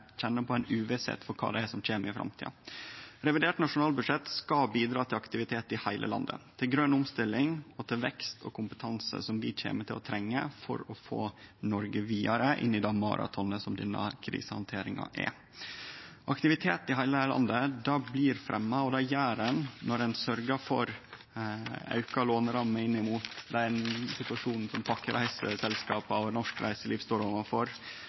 på ei uvisse om kva som kjem i framtida. Revidert nasjonalbudsjett skal bidra til aktivitet i heile landet, til grøn omstilling og til vekst og kompetanse, som vi kjem til å trenge for å få Noreg vidare inn i den maratonen som denne krisehandteringa er. Aktivitet i heile landet blir fremja, og det gjer ein når ein sørgjer for auka låneramme inn mot den situasjonen som pakkereiseselskapa og norsk reiseliv står